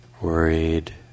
worried